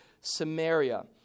Samaria